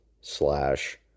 slash